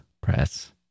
Press